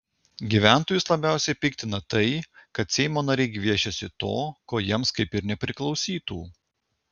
gyventojus labiausiai piktina tai kad seimo nariai gviešiasi to ko jiems kaip ir nepriklausytų